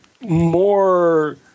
more